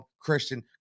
Christian